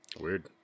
Weird